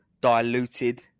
diluted